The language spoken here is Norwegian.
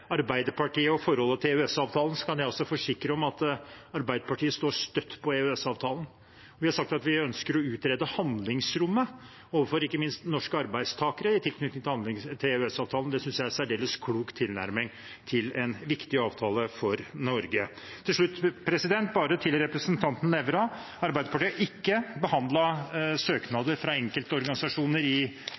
Arbeiderpartiet og forholdet til EØS-avtalen, kan jeg forsikre om at Arbeiderpartiet står støtt på EØS-avtalen. Vi har sagt at vi ønsker å utrede handlingsrommet, ikke minst overfor norske arbeidstakere, i tilknytning til EØS-avtalen. Det synes jeg er en særdeles klok tilnærming til en viktig avtale for Norge. Til representanten Nævra: Arbeiderpartiet har ikke behandlet søknader fra enkeltorganisasjoner i